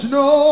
no